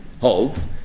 holds